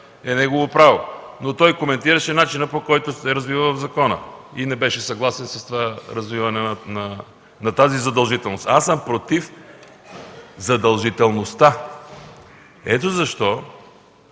е негово право. Но той коментираше начина, по който се развива в закона, и не беше съгласен с развиването на тази задължителност. Аз съм против задължителността и съм